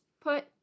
put